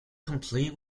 complete